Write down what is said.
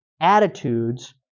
attitudes